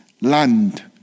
land